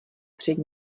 před